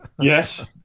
Yes